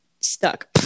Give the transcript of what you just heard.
stuck